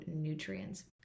nutrients